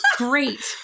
great